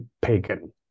pagan